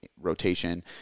rotation